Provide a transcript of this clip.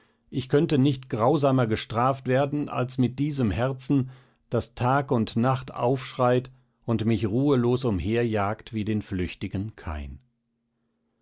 ich könnte nicht grausamer gestraft werden als mit diesem herzen das tag und nacht aufschreit und mich ruhelos umherjagt wie den flüchtigen kain